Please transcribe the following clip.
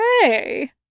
Hey